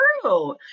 true